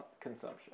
consumption